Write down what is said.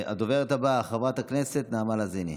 הדוברת הבאה, חברת הכנסת נעמה לזימי.